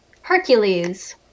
hercules